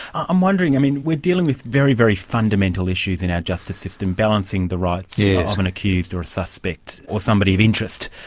i'm wondering, we're dealing with very, very fundamental issues in our justice system, balancing the rights yeah of an accused or a suspect, or somebody of interest,